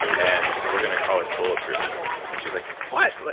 and we're going to call it bulletproof. and and she's like, what? like